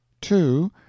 two